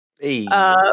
Hey